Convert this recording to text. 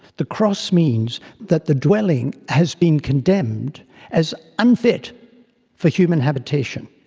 the cross means that the dwelling has been condemned as unfit for human habitation.